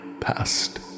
past